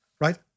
right